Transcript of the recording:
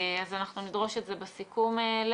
נדרוש את זה בסיכום.